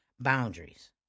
boundaries